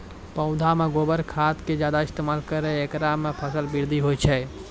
पौधा मे गोबर खाद के ज्यादा इस्तेमाल करौ ऐकरा से फसल बृद्धि होय छै?